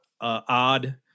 odd